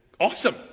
Awesome